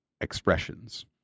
expressions